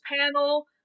panel